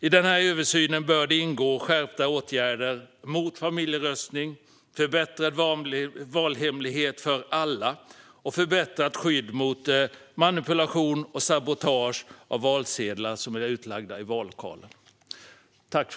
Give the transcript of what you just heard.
I den här översynen bör det ingå skärpta åtgärder mot familjeröstning, en förbättrad valhemlighet för alla och ett förbättrat skydd mot manipulation och sabotage av valsedlar som är utlagda i vallokaler.